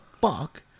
fuck